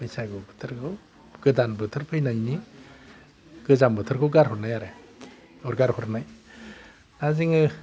बैसागु बोथोरखौ गोदान बोथोर फैनायनि गोजाम बोथोरखौ गारहरनाय आरो उरगार हरनाय दा जोङो